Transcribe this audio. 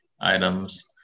items